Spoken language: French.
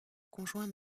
conjoints